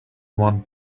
one